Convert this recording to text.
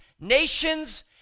nations